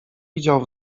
widział